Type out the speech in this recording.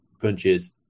punches